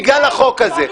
בגלל החוק הזה.